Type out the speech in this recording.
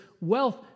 wealth